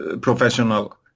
professional